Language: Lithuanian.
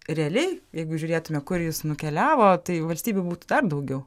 realiai jeigu žiūrėtume kur jis nukeliavo tai valstybių būtų dar daugiau